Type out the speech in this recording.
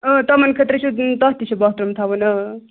اۭں تِمَن خٲطرٕ چھُ یی تَتھ تہِ چھِ باتھروٗم تھاوُن اۭں